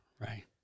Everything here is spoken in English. Right